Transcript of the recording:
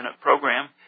program